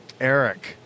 eric